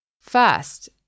First